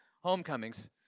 homecomings